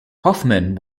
hoffmann